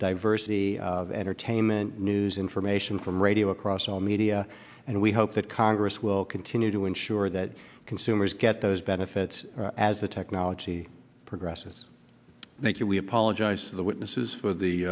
diversity of entertainment news information from radio across all media and we hope that congress will continue to ensure that consumers get those benefits as the technology progresses we apologize to the witnesses for the